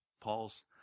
paul's